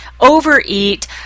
overeat